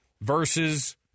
versus